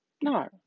No